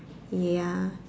ya